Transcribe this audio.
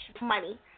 money